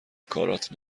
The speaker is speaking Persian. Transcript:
کارات